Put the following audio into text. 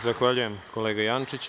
Zahvaljujem, kolega Jančiću.